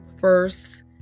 First